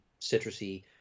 citrusy